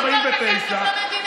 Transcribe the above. החברים שלך כבר החזירו את הכסף למדינה?